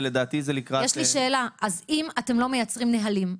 ולדעתי זה לקראת --- יש לי שאלה: אז אם אתם לא מייצרים נהלים,